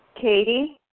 katie